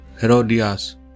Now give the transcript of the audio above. Herodias